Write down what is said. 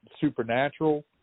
supernatural